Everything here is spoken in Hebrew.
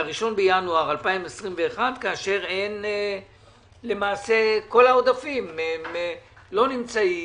ל-1 בינואר 2021 כאשר למעשה כל העודפים לא נמצאים,